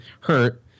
hurt